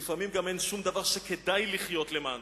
ולפעמים גם אין שום דבר שכדאי לחיות למענו.